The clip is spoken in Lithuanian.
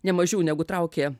ne mažiau negu traukė